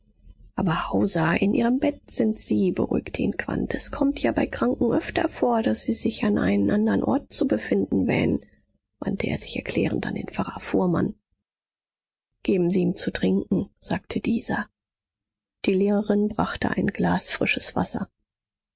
aber hauser in ihrem bett sind sie beruhigte ihn quandt es kommt ja bei kranken öfter vor daß sie sich an einem andern ort zu befinden wähnen wandte er sich erklärend an den pfarrer fuhrmann geben sie ihm zu trinken sagte dieser die lehrerin brachte ein glas frisches wasser